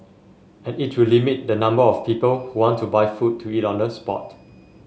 and it will limit the number of people who want to buy food to eat on the spot